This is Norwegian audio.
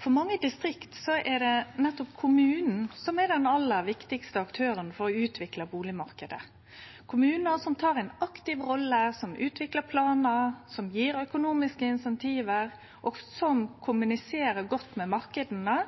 For mange distrikt er det nettopp kommunen som er den aller viktigaste aktøren for å utvikle bustadmarknaden. Kommunar som tek ei aktiv rolle, som utviklar planar, som gjev økonomiske insentiv, og som kommuniserer godt med marknadene,